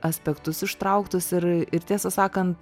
aspektus ištrauktus ir ir tiesą sakant